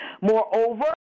Moreover